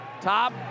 Top